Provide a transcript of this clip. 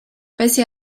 pese